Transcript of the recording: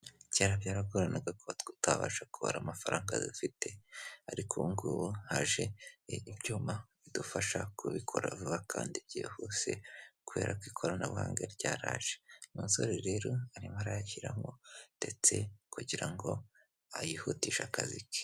Kera byaragoranaga kuba tutabasha kubara amafaranga dufite ariko ubu ngubu haje ibyuma bidufasha kubikora vuba kandi byihuse, kubera ko ikoranabuhanga ryaraje umusore rero arimo arayakiramo ndetse kugira ngo ayihutishe akazi ke.